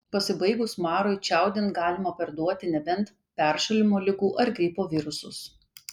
pasibaigus marui čiaudint galima perduoti nebent peršalimo ligų ar gripo virusus